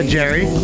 Jerry